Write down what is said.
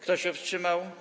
Kto się wstrzymał?